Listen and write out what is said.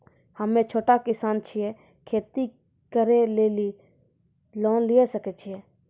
हम्मे छोटा किसान छियै, खेती करे लेली लोन लिये सकय छियै?